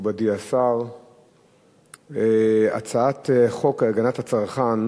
מכובדי השר, הצעת חוק הגנת הצרכן